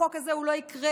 החוק הזה לא יקרה,